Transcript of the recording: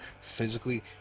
physically